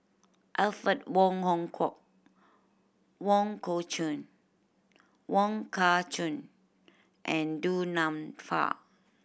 Alfred Wong Hong Kwok Wong core Chun Wong Kah Chun and Du Nanfa